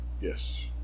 Yes